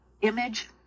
image